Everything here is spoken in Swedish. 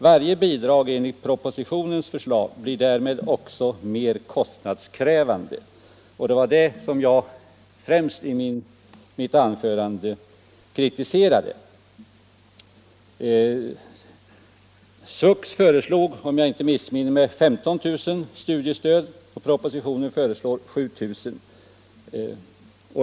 Varje bidrag enligt propositionens förslag blir därmed också mer kostnadskrävande.” Det var detta jag främst kritiserade i mitt anförande. SVUX föreslår, om jag inte missminner mig, 15 000 platser med studiestöd och propositionen föreslår 7 000.